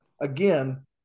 Again